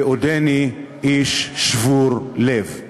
ועודני איש שבור-לב.